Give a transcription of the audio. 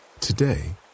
Today